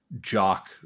jock